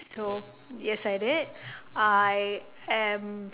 so yes I did I am